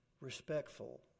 Respectful